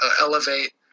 elevate